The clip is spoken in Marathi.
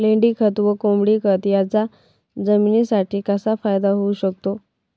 लेंडीखत व कोंबडीखत याचा जमिनीसाठी कसा फायदा होऊ शकतो?